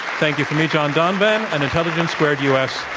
thank you from me, john donvan, and intelligence squared u. s.